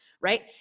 right